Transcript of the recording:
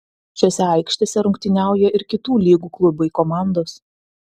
šiose aikštėse rungtyniauja ir kitų lygų klubai komandos